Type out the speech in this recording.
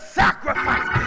sacrifice